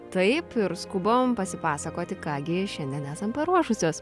taip ir skubom pasipasakoti ką gi šiandien esam paruošusios